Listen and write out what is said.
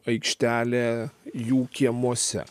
aikštelė jų kiemuose